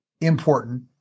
important